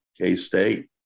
K-State